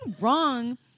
wrong